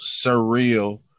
surreal